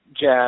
jazz